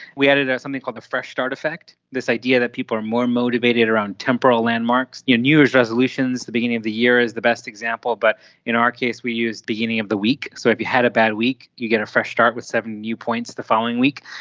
we added something called the fresh start effect, this idea that people are more motivated around temporal landmarks, new year's resolutions, the beginning of the year is the best example, but in our case we use the beginning of the week. so if you had a bad week you get a fresh start with seven new points the following week.